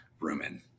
rumen